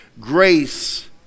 Grace